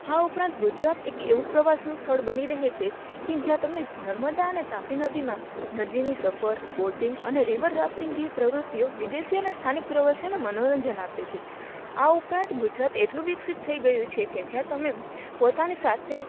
આ ઉપરાંત ગુજરાત એક એવું પ્રવાસનું સ્થળ બની રહે છે કે જ્યાં તમને નર્મદા અને તાપી નદીમાં નદીની સફર બોટિંગ અને રિવર રાફ્ટિંગ જેવી પ્રવૃત્તિઓ વિદેશી ને સ્થાનિક પ્રવસીઓને મનોરંજન આપે છે આ ઉપરાંત ગુજરાત એટલું વિકસિત થઈ ગયું છે કે જ્યાં તમે પોતાની સાથે